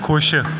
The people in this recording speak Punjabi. ਖੁਸ਼